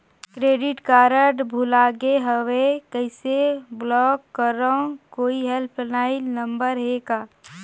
Credit card भुला गे हववं कइसे ब्लाक करव? कोई हेल्पलाइन नंबर हे का?